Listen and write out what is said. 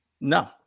no